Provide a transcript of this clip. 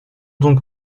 donc